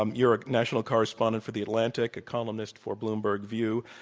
um you're a national correspondent for the atlantic, a columnist for bloomberg view.